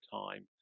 time